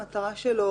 המטרה שלו,